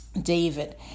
David